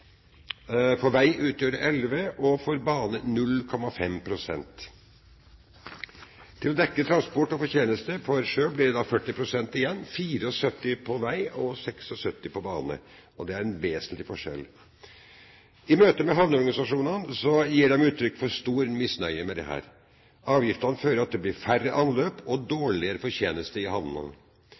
og for bane 0,5 pst. Til å dekke transport og fortjeneste for sjø blir det da 40 pst. igjen, mot 74 pst. på vei og 76 pst. på bane – og det er en vesentlig forskjell. I møte med havneorganisasjonene gir de uttrykk for stor misnøye med dette. Avgiftene fører til at det blir færre anløp og dårligere fortjeneste i havnene.